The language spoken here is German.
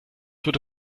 würde